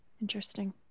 Interesting